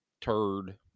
turd